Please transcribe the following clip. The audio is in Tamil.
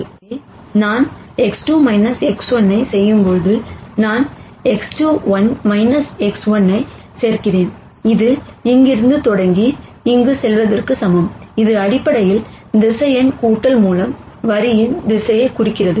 எனவே நான் X2 X1ஐ செய்யும்போது நான் X21 X1 ஐ சேர்க்கிறேன் இது இங்கிருந்து தொடங்கி இங்கு செல்வதற்கு சமம் இது அடிப்படையில் வெக்டார் கூட்டல் மூலம் வரியின் திசையைக் குறிக்கிறது